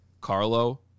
Carlo